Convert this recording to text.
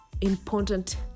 important